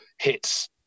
hits